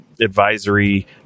advisory